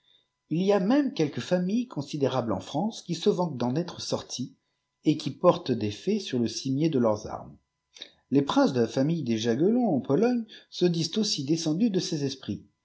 il y a même quelques familles considérables en france qui se vantent d'en être sorties et qui portent des fées sur le cimier de leurs armes les princes de la fanulle des jagellons en pologne se disent aussi descendus de ces esprits